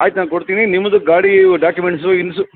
ಆಯ್ತು ನಾನು ಕೊಡ್ತೀನಿ ನಿಮ್ಮದು ಗಾಡಿ ಡಾಕ್ಯುಮೆಂಟ್ಸು ಇನ್ಸು